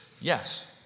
Yes